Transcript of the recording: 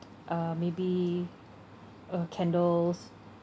uh maybe uh candles